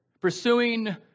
pursuing